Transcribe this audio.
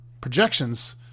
projections